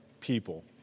people